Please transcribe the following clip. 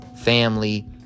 family